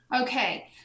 Okay